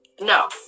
No